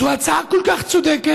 זו הצעה כל כך צודקת,